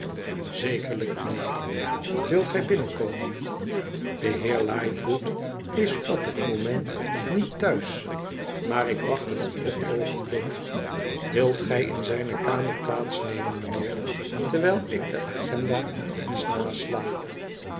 zekerlijk mijnheer wilt gij binnenkomen de heer lightwood is op het moment niet thuis maar ik wacht hem ieder oogenblik wilt gij in zijne kamer plaats nemen mijnheer terwijl ik de agenda eens nasla